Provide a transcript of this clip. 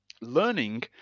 learning